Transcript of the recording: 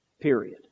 Period